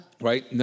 right